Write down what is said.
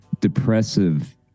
depressive